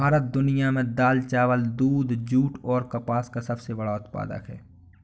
भारत दुनिया में दाल, चावल, दूध, जूट और कपास का सबसे बड़ा उत्पादक है